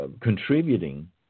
contributing